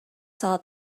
saw